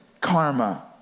karma